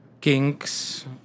kings